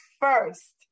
first